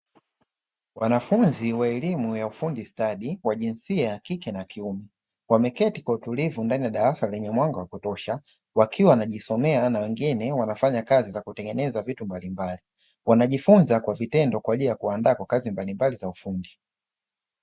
Wanafunzi wa elimu ya ufundi stadi wa jinsia ya kike na ya kiume wameketi kwa utulivu ndani ya darasa lenye mwanga wa kutosha wakiwa wanajisomea na wengine wanafanya kazi za kutengeneza vitu mbalimbali. Wanajifunza kwa vitendo kwa ajili ya kuwaandaa kwa ajili ya kazi mbalimbali za ufundi.